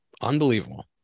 unbelievable